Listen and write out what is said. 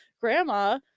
grandma